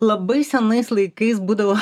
labai senais laikais būdavo